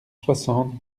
soixante